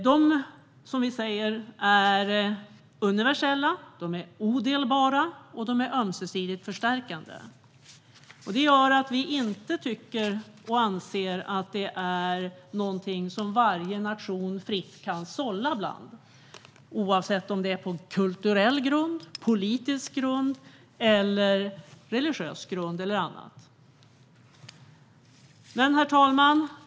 Dessa rättigheter är universella, odelbara och ömsesidigt förstärkande. Det gör att vi inte anser att de är något som varje nation fritt kan sålla bland, oavsett om det är på kulturell grund, politisk grund, religiös grund eller annat. Herr talman!